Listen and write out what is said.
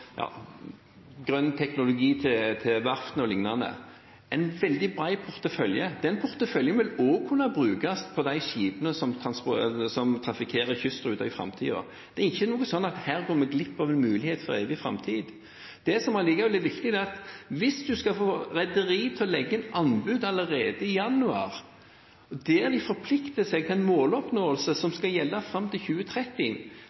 grønn teknologi til verftene o.l., en veldig bred portefølje. Den porteføljen vil også kunne brukes på de skipene som trafikkerer kystruten i framtiden. Det er ikke sånn at vi her går glipp av en mulighet for evig framtid. Det som allikevel er viktig, er at hvis man skal få rederier til å legge inn anbud allerede i januar, der de forplikter seg til en måloppnåelse som